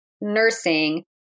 nursing